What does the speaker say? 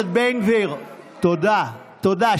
בן גביר, תודה, תודה.